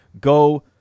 go